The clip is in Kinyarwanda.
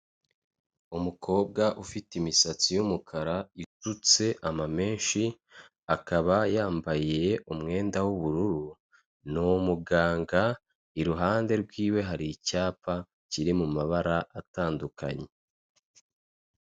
Umukobwa ufite imisatsi y'umukara isutse amameshi, akaba yambaye umwenda w'ubururu, ni umuganga, iruhande rw'iwe hari icyapa kiri mu mabara atandukanye.